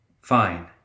Fine